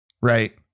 right